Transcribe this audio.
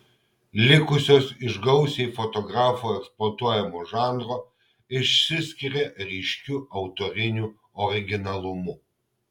likusios iš gausiai fotografų eksploatuojamo žanro išsiskiria ryškiu autoriniu originalumu